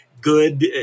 good